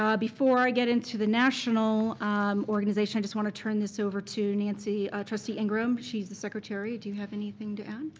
um before i get into the national organization, i just want to turn this over to and and trustee ingram. she's the secretary. do you have anything to add?